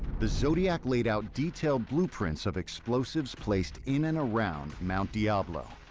the zodiac laid out detailed blueprints of explosives placed in and around mount diablo.